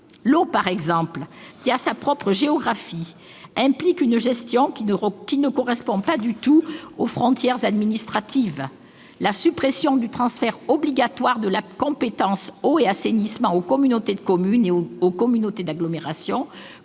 Par exemple, pour avoir sa propre géographie, l'eau implique une gestion qui ne correspond pas du tout aux frontières administratives. La suppression du transfert obligatoire de la compétence en matière d'eau et assainissement aux communautés de communes et aux communautés d'agglomération,